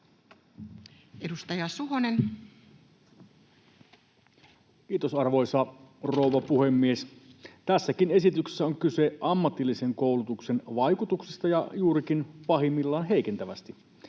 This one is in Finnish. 17:58 Content: Kiitos, arvoisa rouva puhemies! Tässäkin esityksessä on kyse vaikutuksista ammatilliseen koulutukseen ja juurikin pahimmillaan heikentävästi.